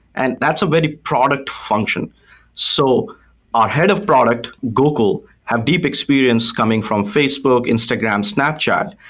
and that's a very product function so our head of product, gokul have deep experience coming from facebook, instagram, snapchat.